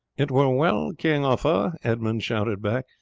it were well, king uffa, edmund shouted back,